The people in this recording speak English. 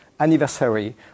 anniversary